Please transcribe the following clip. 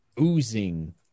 oozing